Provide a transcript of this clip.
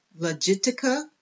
Legitica